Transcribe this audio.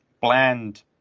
bland